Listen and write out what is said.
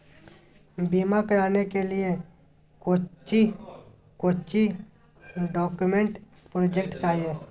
बीमा कराने के लिए कोच्चि कोच्चि डॉक्यूमेंट प्रोजेक्ट चाहिए?